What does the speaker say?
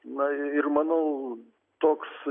na ir manau toks